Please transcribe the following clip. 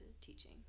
teaching